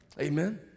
Amen